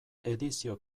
edizio